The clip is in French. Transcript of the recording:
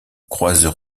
croiseur